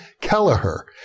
Kelleher